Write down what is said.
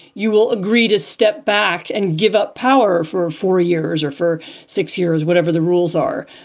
you will agree to step back and give up power for four years or for six years, whatever the rules are.